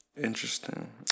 Interesting